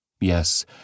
Yes